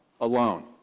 alone